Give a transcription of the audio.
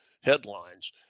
headlines